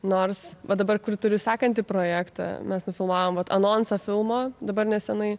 nors va dabar kur turiu sakantį projektą mes nufilmavom vat anonsą filmo dabar neseniai